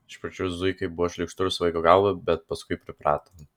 iš pradžių zuikai buvo šlykštu ir svaigo galva bet paskui priprato